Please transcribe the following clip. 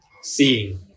seeing